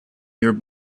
your